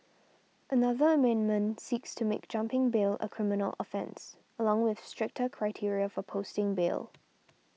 another amendment seeks to make jumping bail a criminal offence along with stricter criteria for posting bail